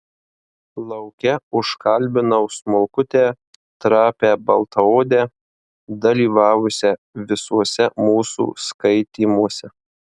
lauke užkalbinau smulkutę trapią baltaodę dalyvavusią visuose mūsų skaitymuose